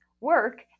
work